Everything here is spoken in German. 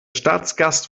staatsgast